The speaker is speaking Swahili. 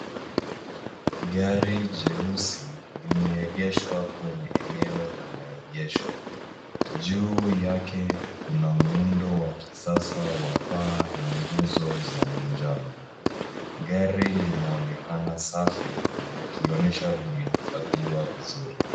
Gari jeusi limeegeshwa kwenye eneo la maegesho. Juu yake kuna muundo wa kisasa wa paa na nguzo za manjano. Gari linaonekana safi likionyesha limehifadhiwa vizuri.